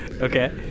Okay